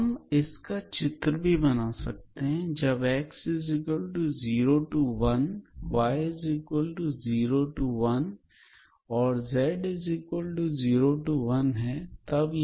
हम इसका चित्र भी बना सकते हैं जब 𝑥0 to 1y is 0 to 1 𝑧0 to 1